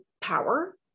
power